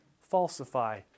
falsify